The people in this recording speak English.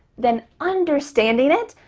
then understanding it,